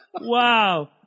Wow